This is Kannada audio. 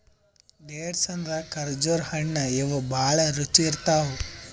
ಡೇಟ್ಸ್ ಅಂದ್ರ ಖರ್ಜುರ್ ಹಣ್ಣ್ ಇವ್ ಭಾಳ್ ರುಚಿ ಇರ್ತವ್